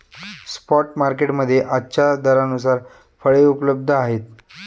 spot market मध्ये आजच्या दरानुसार फळे उपलब्ध आहेत